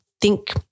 think-